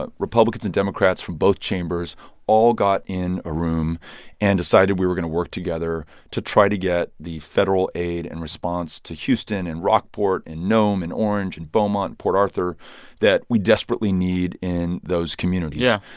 ah republicans and democrats from both chambers all got in a room and decided we were going to work together to try to get the federal aid and response to houston and rockport and nome and orange and beaumont, port arthur that we desperately need in those communities yeah.